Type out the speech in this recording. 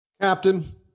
Captain